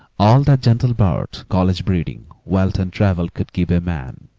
all that gentle birth, college breeding, wealth, and travel could give a man,